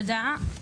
תודה.